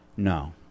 No